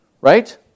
Right